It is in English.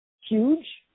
huge